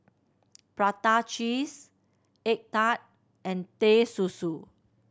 prata cheese egg tart and Teh Susu